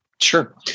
Sure